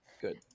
Good